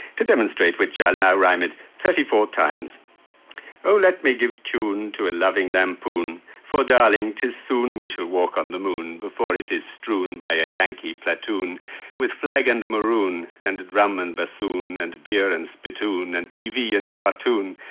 to demonstrate which i'll now rhyme it thirty four times oh let me give tune to a loving lampoon, for darling tis soon we shall walk on the moon before it is strewn by a yankee platoon with flag and maroon and drum and bassoon and beer and spittoon and tv and cartoon.